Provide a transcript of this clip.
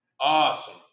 Awesome